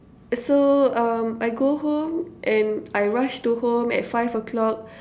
so um I go home and I rush to home at five o-clock